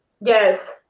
Yes